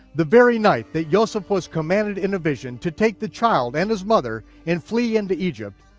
the very night that yoseph was commanded in a vision to take the child and his mother and flee into egypt,